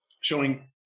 showing